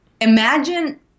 Imagine